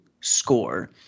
score